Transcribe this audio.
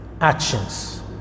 actions